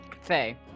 Faye